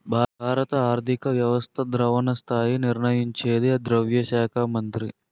భారత ఆర్థిక వ్యవస్థ ద్రవణ స్థాయి నిర్ణయించేది ద్రవ్య శాఖ మంత్రి